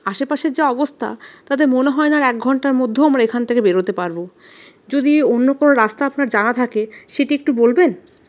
আশেপাশের যা অবস্থা তাতে মনে হয় না আর এক ঘন্টার মধ্যেও আমরা এখান থেকে বেরতে পারব যদি অন্য কোনো রাস্তা আপনার জানা থাকে সেটি একটু বলবেন